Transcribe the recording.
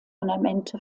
ornamente